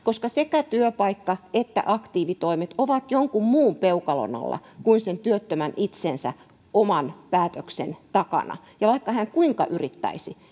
sekä työpaikka että aktiivitoimet ovat jonkun muun peukalon alla kuin sen työttömän itsensä oman päätöksen takana ja vaikka hän kuinka yrittäisi